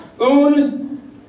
Un